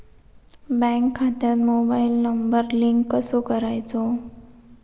Bank खात्यात mobile number link कसो करायचो?